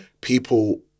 people